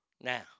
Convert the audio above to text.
Now